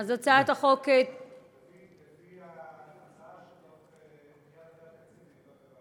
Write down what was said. אז הצעת החוק, לפי ההצעה תידון בוועדה.